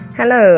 Hello